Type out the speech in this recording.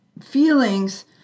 feelings